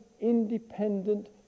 independent